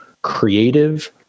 creative